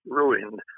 ruined